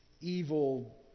evil